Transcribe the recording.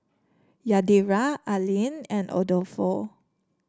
Yadira Allean and Adolfo